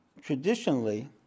Traditionally